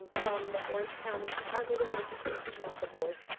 um from the orange county department of education, and not the board.